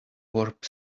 warp